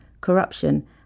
corruption